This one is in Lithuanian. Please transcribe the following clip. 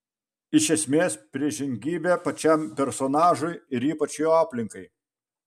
iš esmės priešingybė pačiam personažui ir ypač jo aplinkai